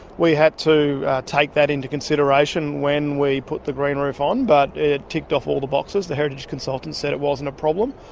we had to take that into consideration when we put the green roof on, but it ticked off all the boxes. the heritage consultant said it wasn't a problem.